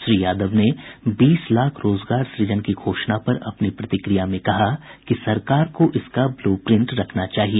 श्री यादव ने बीस लाख रोजगार सुजन की घोषणा पर अपनी प्रतिक्रिया में कहा कि सरकार को इसका ब्लूप्रिंट रखना चाहिए